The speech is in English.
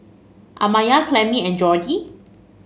Amaya Clemmie and Jordy